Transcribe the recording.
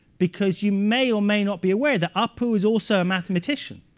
because you may or may not be aware that apu is also a mathematician.